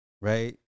right